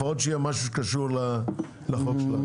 לפחות שיהיה משהו שקשור לחוק שלנו.